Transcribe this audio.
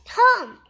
home